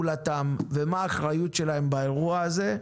מהי פעולתם ומה האחריות שלהם באירוע הזה.